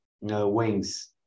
wings